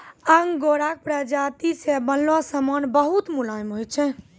आंगोराक प्राजाती से बनलो समान बहुत मुलायम होय छै